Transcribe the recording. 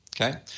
okay